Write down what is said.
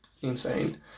insane